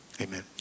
Amen